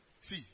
See